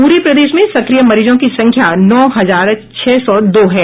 पूरे प्रदेश में सक्रिय मरीजों की संख्या नौ हजार छह सौ दो है